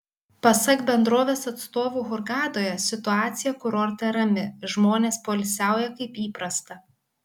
pasak bendrovės atstovų hurgadoje situacija kurorte rami žmonės poilsiauja kaip įprasta